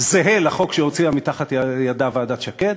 לחוק שהוציאה מתחת ידיה ועדת שקד,